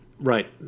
right